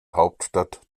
hauptstadt